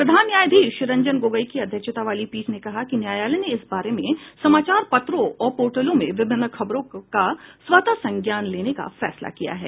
प्रधान न्यायाधीश रंजन गोगोई की अध्यक्षता वाली पीठ ने कहा कि न्यायालय ने इस बारे में समाचार पत्रों और पोर्टलों में विभिन्न खबरों का स्वतः संज्ञान लेने का फैसला किया है